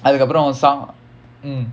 அதுக்கு அப்புறம்:athukku appuram mm